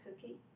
cookie